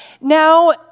Now